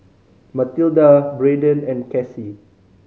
Matilda Brayden and Cassie